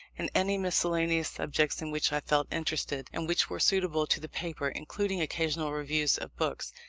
and any miscellaneous subjects in which i felt interested, and which were suitable to the paper, including occasional reviews of books.